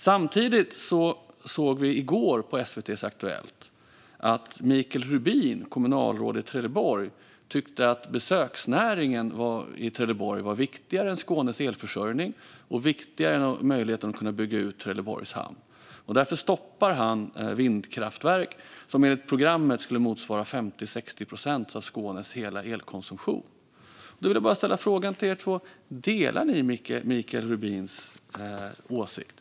Samtidigt såg vi i går på SVT:s Aktuellt att Mikael Rubin, kommunalråd i Trelleborg, tycker att besöksnäringen i Trelleborg är viktigare än Skånes elförsörjning och viktigare än möjligheten att bygga ut Trelleborgs hamn. Därför stoppar han vindkraftverk, som enligt programmet skulle motsvara 50-60 procent av Skånes hela elkonsumtion. Då vill jag bara ställa frågan till er två: Delar ni Mikael Rubins åsikt?